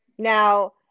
Now